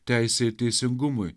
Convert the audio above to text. teisei ir teisingumui